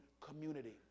community